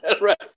right